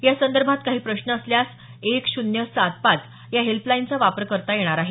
या संदर्भात काही प्रश्न असल्यास एक शून्य सात पाच या हेल्पलाईनचा वापर करता येणार आहे